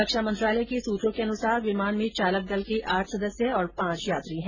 रक्षा मंत्रालय के सूत्रों के अनुसार विमान में चालक दल के आठ सदस्य और पांच यात्री हैं